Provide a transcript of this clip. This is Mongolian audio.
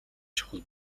чухал